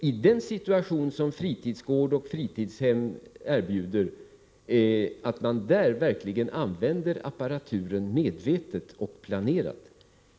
I den situation som fritidsgårdar och fritidshem verkar är det angeläget att använda apparaturen medvetet och planerat.